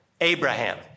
Abraham